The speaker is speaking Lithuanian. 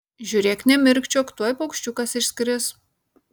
žiūrėk nemirkčiok tuoj paukščiukas išskris